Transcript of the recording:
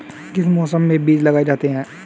किस मौसम में बीज लगाए जाते हैं?